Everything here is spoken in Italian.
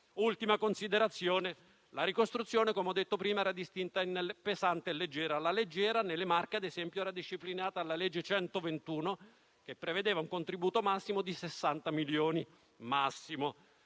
Un'ultima considerazione è che la ricostruzione - come ho detto prima - era distinta in pesante e leggera; quella leggera, nelle Marche, ad esempio, era disciplinata dalla legge n. 121, che prevedeva un contributo massimo di 60 milioni. Ciò